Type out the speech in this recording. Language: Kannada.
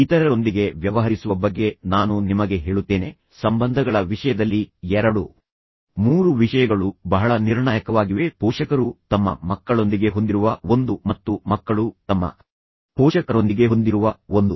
ಇತರರೊಂದಿಗೆ ವ್ಯವಹರಿಸುವ ಬಗ್ಗೆ ನಾನು ನಿಮಗೆ ಹೇಳುತ್ತೇನೆ ಸಂಬಂಧಗಳ ವಿಷಯದಲ್ಲಿ ಎರಡು ಮೂರು ವಿಷಯಗಳು ಬಹಳ ನಿರ್ಣಾಯಕವಾಗಿವೆ ಪೋಷಕರು ತಮ್ಮ ಮಕ್ಕಳೊಂದಿಗೆ ಹೊಂದಿರುವ ಒಂದು ಮತ್ತು ಮಕ್ಕಳು ತಮ್ಮ ಪೋಷಕರೊಂದಿಗೆ ಹೊಂದಿರುವ ಒಂದು